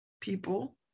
people